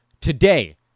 today